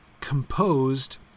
composed